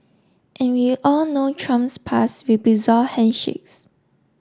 and we all know Trump's past with bizarre handshakes